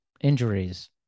injuries